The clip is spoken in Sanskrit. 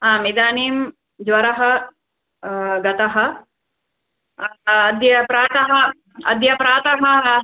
आम् इदानीं ज्वरः गतः अद्य प्रातः अद्य प्रातः